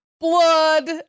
blood